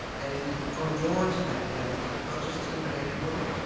and i'm drawn to that now with not just tim but everybody.